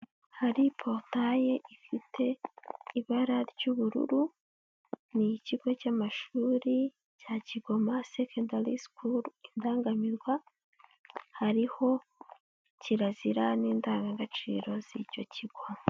Hari porotaye ifite ibara ry'ubururu, n'ikigo cy'amashuri cya Kigoma secondary school Indangamirwa, hariho kirazira n'indangagaciro z'icyo kigo.